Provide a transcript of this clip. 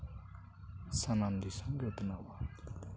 ᱥᱟᱱᱟᱢ ᱫᱤᱥᱚᱢ ᱜᱮ ᱩᱛᱱᱟᱹᱜᱼᱟ